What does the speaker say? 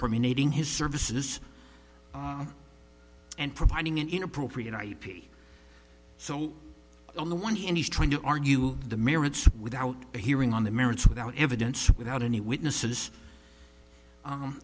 terminating his services and providing an inappropriate ip so on the one hand he's trying to argue the merits without hearing on the merits without evidence without any witnesses